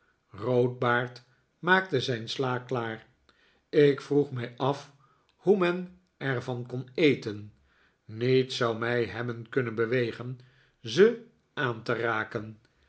roodbaard maakte zijn sla klaar ik vroeg mij af hoe men er van kon eten niets zou mij hebben kunnen bewegen ze aan te raken